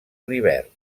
rivert